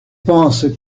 penses